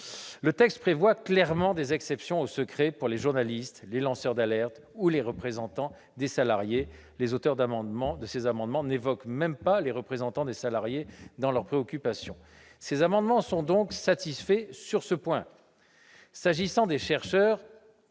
Le texte prévoit clairement des exceptions au secret pour les journalistes, les lanceurs d'alerte et les représentants des salariés- les auteurs des amendements n'ont d'ailleurs même pas évoqué ces derniers. Ces amendements sont donc satisfaits sur ce point. S'agissant des chercheurs,